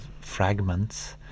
fragments